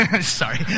Sorry